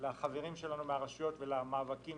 לחברים שלנו מהרשויות ולמאבקים